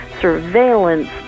surveillance